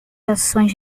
ações